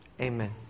Amen